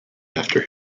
after